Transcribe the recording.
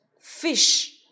fish